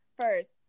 first